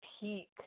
peak